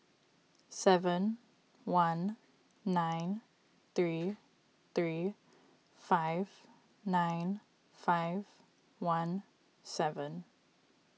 seven one nine three three five nine five one seven